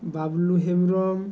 Bablu Hembram